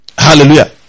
Hallelujah